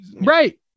right